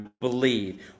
believe